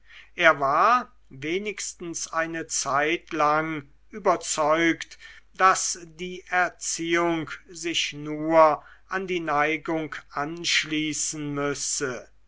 er war wenigstens eine zeitlang überzeugt daß die erziehung sich nur an die neigung anschließen müsse